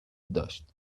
داشت